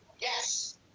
Yes